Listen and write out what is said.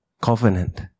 covenant